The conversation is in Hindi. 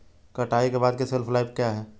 कटाई के बाद की शेल्फ लाइफ क्या है?